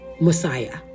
Messiah